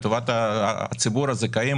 לטובת ציבור הזכאים,